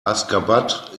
aşgabat